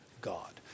God